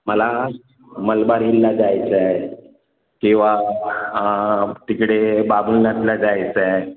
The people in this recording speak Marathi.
मला मलबार हिलला जायचं आहे किंवा तिकडे बाबुलनाथला जायचं आहे